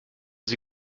sie